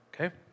okay